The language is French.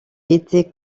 été